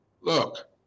Look